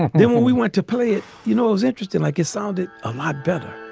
then when we went to play it, you know, it was interesting. like it sounded a lot better